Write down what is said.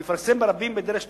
הוא יפרסם ברבים, בדרך שתיקבע,